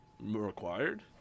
Required